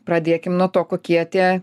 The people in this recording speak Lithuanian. pradėkim nuo to kokie tie